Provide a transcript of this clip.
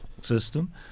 system